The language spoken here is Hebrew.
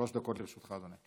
שלוש דקות לרשותך, אדוני.